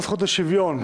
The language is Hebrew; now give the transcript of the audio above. הזכות לשוויון),